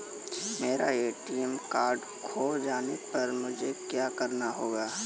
मेरा ATM card खो जाने पर मुझे क्या करना होगा?